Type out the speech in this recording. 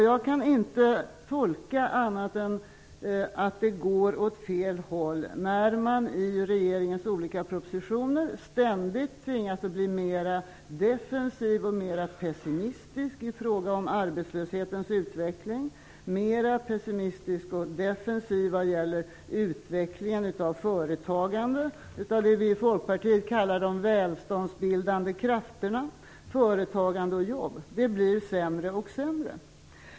Jag kan inte tolka det på annat sätt än att det går åt fel håll när man i regeringens olika propositioner ständigt tvingas att bli mera defensiv och pessimistisk i fråga om arbetslöshetens utveckling, mera pessimistisk och defensiv vad gäller utvecklingen av företagande, av det som vi i Folkpartiet kallar de välståndsbildande krafterna, företagande och jobb. Det blir sämre och sämre.